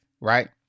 right